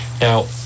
now